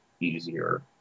easier